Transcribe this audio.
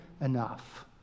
enough